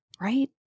Right